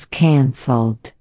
cancelled